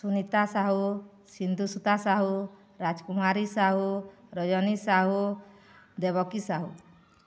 Sunita Sahu Sindhusuta Sahu Rajkumari Sahu Rajani Sahu Devaki Sahu